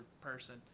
person